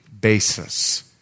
basis